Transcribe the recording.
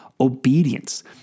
obedience